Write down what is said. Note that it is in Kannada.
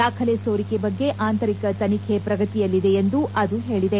ದಾಖಲೆ ಸೋರಿಕೆ ಬಗ್ಗೆ ಆಂತರಿಕ ತನಿಖೆ ಪ್ರಗತಿಯಲ್ಲಿದೆ ಎಂದು ಅದು ಹೇಳಿದೆ